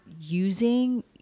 using